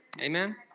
Amen